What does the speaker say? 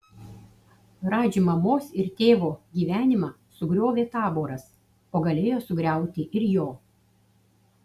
radži mamos ir tėvo gyvenimą sugriovė taboras o galėjo sugriauti ir jo